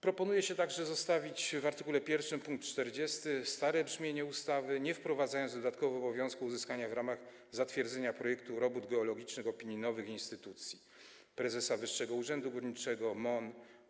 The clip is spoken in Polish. Proponuje się także zostawić w art. 1 w pkt 40 stare brzemiennie ustawy, bez wprowadzania dodatkowo obowiązku uzyskania w ramach zatwierdzenia projektu robót geologicznych opinii nowych instytucji, prezesa Wyższego Urzędu Górniczego, MON.